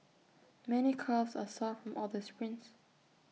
many calves are sore from all the sprints